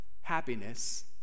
happiness